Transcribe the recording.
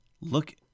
Look